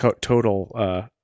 total